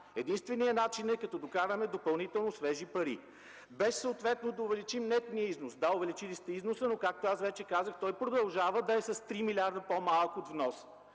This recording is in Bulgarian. Единственият начин е като докараме допълнително свежи пари. Трябва да увеличим нетния износ. Да, увеличили сте износа, но както вече казах, той продължава да е с 3 милиарда по малко от вноса.